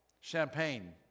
champagne